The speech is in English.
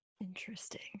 Interesting